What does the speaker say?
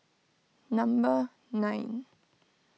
number nine